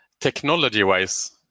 technology-wise